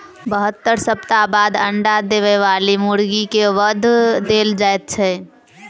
बहत्तर सप्ताह बाद अंडा देबय बाली मुर्गी के वध देल जाइत छै